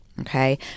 Okay